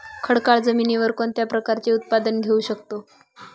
खडकाळ जमिनीवर कोणत्या प्रकारचे उत्पादन घेऊ शकतो?